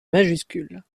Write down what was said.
majuscule